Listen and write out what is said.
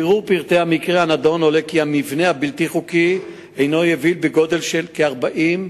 והיס"מ שהרסו את המבנה הודיעו לרב גץ שיש לו כמה דקות לפנות את המבנה.